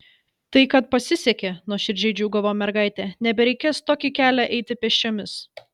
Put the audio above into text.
tai kad pasisekė nuoširdžiai džiūgavo mergaitė nebereikės tokį kelią eiti pėsčiomis